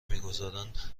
میگذارند